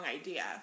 idea